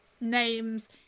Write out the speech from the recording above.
names